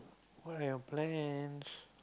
what are your plans